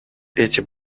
эти